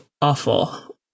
awful